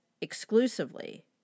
exclusively